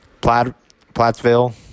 Plattsville